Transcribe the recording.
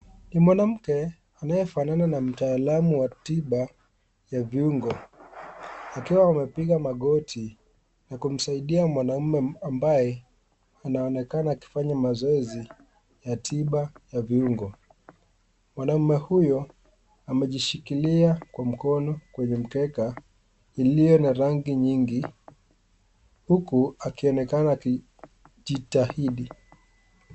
Ni mwanamke anayefanana na mtaalamu wa tiba ya viungo, akiwa amepiga magoti na kumsaidia mwanaume ambaye anaonekana akifanya mazoezi ya tiba ya viungo, mwanaume huyo amejishikilia kwa mkono kwenye mkeka ilio na rangi nyingi, huku akionekana akijitahidi.